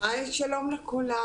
שלום לכולם.